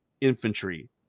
infantry